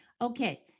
Okay